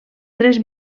tres